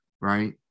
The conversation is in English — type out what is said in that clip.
right